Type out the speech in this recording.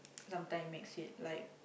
sometime makes it like